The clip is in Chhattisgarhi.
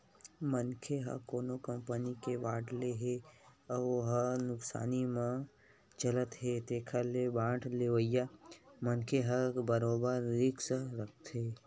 मनखे ह कोनो कंपनी के बांड ले हे अउ हो ह नुकसानी म चलत हे तेखर ले बांड लेवइया मनखे ह बरोबर रिस्क रहिथे